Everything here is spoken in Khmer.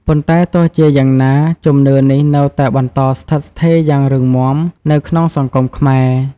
ប៉ុន្តែទោះជាយ៉ាងណា ជំនឿនេះនៅតែបន្តស្ថិតស្ថេរយ៉ាងរឹងមាំនៅក្នុងសង្គមខ្មែរ។